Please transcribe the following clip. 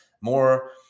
more